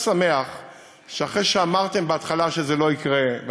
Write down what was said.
שמח שאחרי שאמרתם בהתחלה שזה לא יקרה,